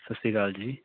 ਸਤਿ ਸ਼੍ਰੀ ਅਕਾਲ ਜੀ